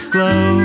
Glow